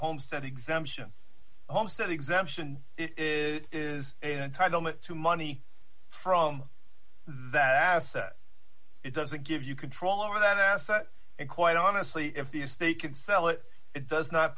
homestead exemption homestead exemption it is an entitlement to money from that asset it doesn't give you control over that asset and quite honestly if this they can sell it it does not